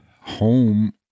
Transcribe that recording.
home